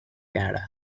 canada